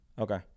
Okay